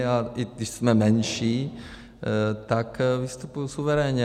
A i když jsme menší, tak vystupuji suverénně.